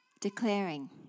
declaring